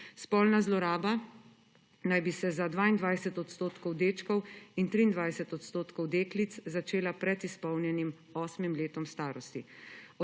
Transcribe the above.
Spolna zloraba naj bi se za 22 % dečkov in 23 % deklic začela pred izpolnjenim osmim letom starosti.